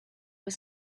was